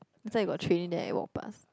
next time you got training then I walk past